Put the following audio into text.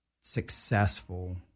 successful